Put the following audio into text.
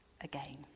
again